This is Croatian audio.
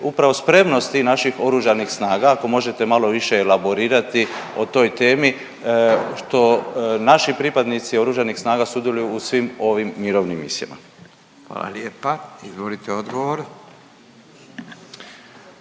upravo spremnosti naših oružanih snaga, ako možete malo više elaborirati o toj temi, što naši pripadnici oružanih snaga sudjeluju u svim ovim mirovnim misijama. **Radin, Furio